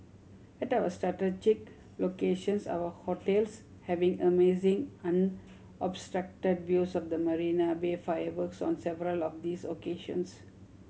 at our locations our hotels having amazing unobstructed views of the Marina Bay fireworks on several of these occasions